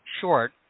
Short